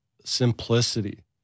simplicity